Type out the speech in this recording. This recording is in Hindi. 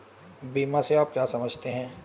बीमा से आप क्या समझते हैं?